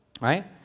right